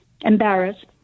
Embarrassed